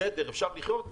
בסדר, אפשר לחיות.